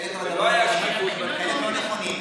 ולא הייתה שקיפות בנתונים.